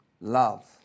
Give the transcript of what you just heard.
love